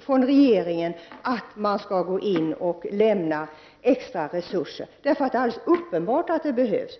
från regeringen om att man skall gå in med extra resurser. Det är alldeles uppenbart att sådana behövs.